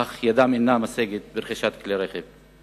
אך ידם אינה משגת ברכישת כלי רכב.